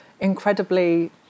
incredibly